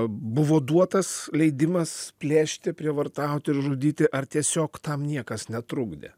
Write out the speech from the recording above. buvo duotas leidimas plėšti prievartauti ir žudyti ar tiesiog tam niekas netrukdė